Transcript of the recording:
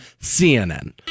CNN